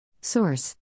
Source